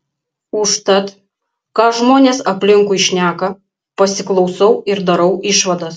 užtat ką žmonės aplinkui šneka pasiklausau ir darau išvadas